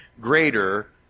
greater